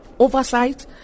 oversight